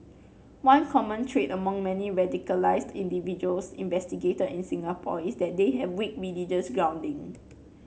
one common trait among many radicalised individuals investigated in Singapore is that they have weak religious grounding